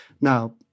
Now